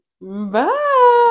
Bye